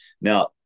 Now